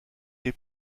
les